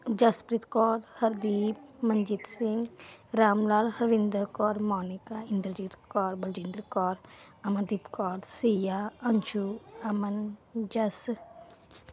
Jaspreet Kaur Hardeep Manjeet Singh Ram Lal Harvinder Kaur Monica Inderjit Kaur Baljinder Kaur Amandeep Kaur Siya Anju Aman Jas